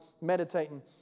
meditating